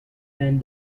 man